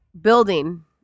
building